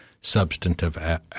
substantive